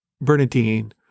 Bernadine